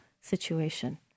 situation